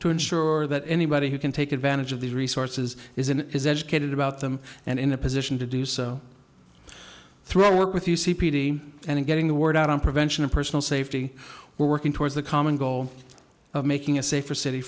to ensure that anybody who can take advantage of these resources is an educated about them and in a position to do so through our work with you c p d and getting the word out on prevention of personal safety we're working towards the common goal of making a safer city